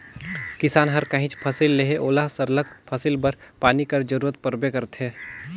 किसान हर काहींच फसिल लेहे ओला सरलग फसिल बर पानी कर जरूरत परबे करथे